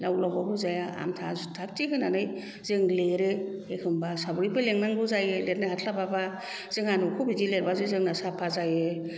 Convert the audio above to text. लाव लावबाबो जाया आमथा थागथिक होनानै जों लिरो एखमबा सावरिबो लिंनांगौ जायो लिरनो हास्लाबाबा जोंहा न'खौ बिदि लिरबासो जोंना साफा जायो